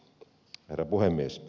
herra puhemies